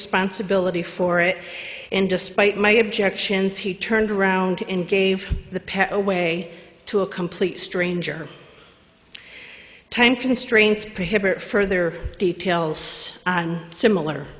responsibility for it and despite my objections he turned around and gave the pair away to a complete stranger time constraints prohibit further details on similar